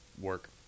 work